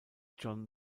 john